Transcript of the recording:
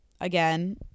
again